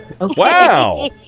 Wow